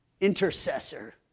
intercessor